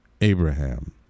Abraham